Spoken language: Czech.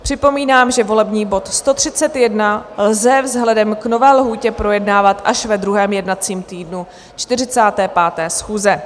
Připomínám, že volební bod 131 lze vzhledem k nové lhůtě projednávat až ve druhém jednacím týdnu 45. schůze.